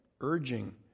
urging